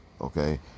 Okay